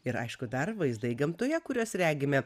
ir aišku dar vaizdai gamtoje kuriuos regime